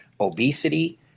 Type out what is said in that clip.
obesity